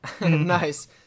Nice